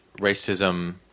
racism